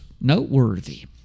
noteworthy